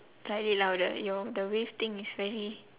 slightly louder your the wave thing is very